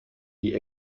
die